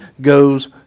goes